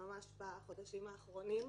ממש בחודשים האחרונים,